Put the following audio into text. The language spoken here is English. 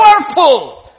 Powerful